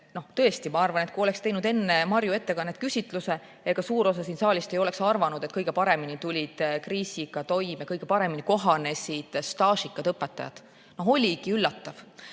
Tõesti, ma arvan, et kui oleks teinud enne Marju ettekannet küsitluse, siis suur osa siit saalist ei oleks arvanud, et kõige paremini tulid kriisiga toime ja kõige paremini kohanesid staažikad õpetajad. See oligi üllatav.